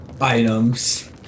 items